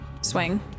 swing